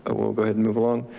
ah we'll go ahead and move along.